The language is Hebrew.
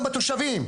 ובתושבים.